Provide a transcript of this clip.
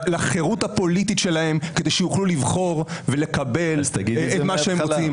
לחירות הפוליטית שלהם כדי שיוכלו לבחור ולקבל את מה שהם רוצים.